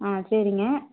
ஆ சரிங்க